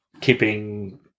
keeping